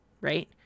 Right